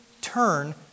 turn